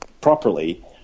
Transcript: properly